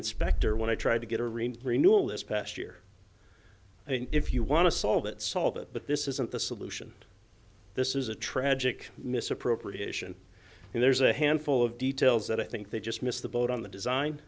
inspector when i tried to get a refund renewal this past year if you want to solve it solve it but this isn't the solution this is a tragic misappropriation and there's a handful of details that i think they just missed the boat on the design